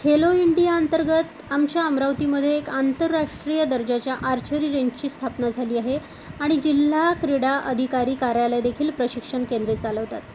Khelo India अंतर्गत आमच्या अमरावतीमध्ये एक आंतरराष्ट्रीय दर्जाच्या आर्चरी रेंजची स्थापना झाली आहे आणि जिल्हा क्रीडा अधिकारी कार्यालय देखील प्रशिक्षण केंद्रे चालवतात